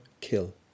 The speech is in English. kill